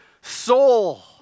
soul